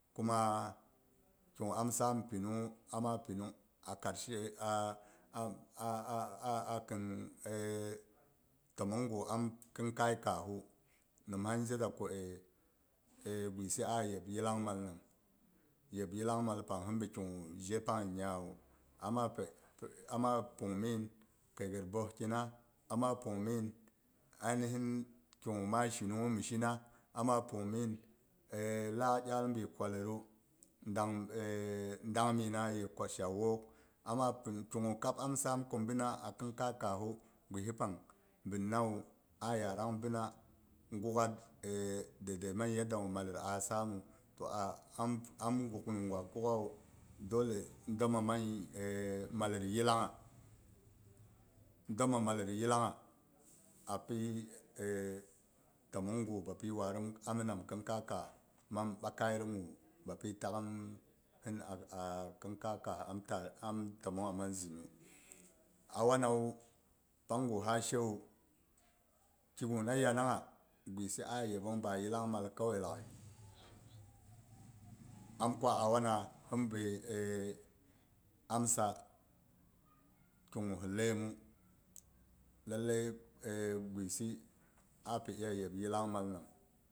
Kuma ki gu am sam pinunghu amma pinung a karshe a, a khin aei timmong gu am khim kai kaahu nimha mhi je za ko aci, guisi ayeb yillang mal nam yillang mal pang hin bi ki gu je pang nyawu amma pi pung min kaighet boeh kina amma pungmin ainihi ki gu ma shi nunghu mi shina ama pung min laak iyal bi kwalledu dang dangmin na ye kwal sha wok amma pung ki gu kab am sam ku bina a akhinkai kaahu guisi pang bin nawu a yarang bina gukha daidai mang yadaa gu mallet a sammu to a am guk nim gwa kukhawu dole domma mang mallet yillangha, domma mallet yillangha api tommong gu bapi warin to ammi nam khin kai kaah mang 2akaiyet gu bapi takhimu hin a kai kaah am tummong mang zinu. A wanawu pang gu ha she wu ki gu na yanang ha gwist a yebong ba yillangmal kawai laaghai am kwa a wana hin bi ye aei, amsa ki gu he laiyumu lallai aci guisi ha pi iya yep yillang malnang